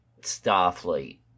Starfleet